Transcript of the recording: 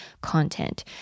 content